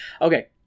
Okay